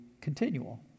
continual